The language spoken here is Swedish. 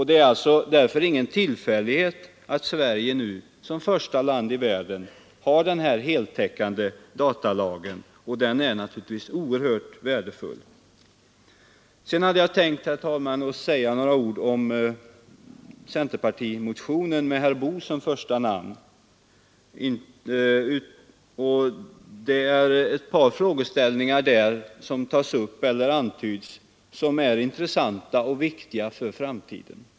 Det är alltså ingen tillfällighet att Sverige nu som första land i världen har en heltäckande datalag, och den är naturligtvis oerhört värdefull. Sedan tänkte jag, herr talman, säga några ord om centerpartimotionen med herr Boo som första namn. Där antyds ett par frågeställningar som är intressanta och viktiga för framtiden.